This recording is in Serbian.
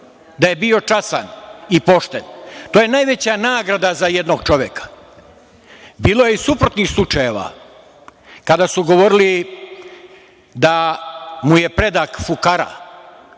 da je bio častan i pošten, to je najveća nagrada za jednog čoveka. Bilo je i suprotnih slučajeva, kada su govorili da mu je predak fukara.